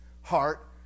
heart